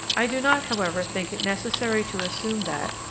i do not, however, think it necessary to assume that,